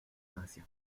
asia